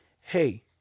hey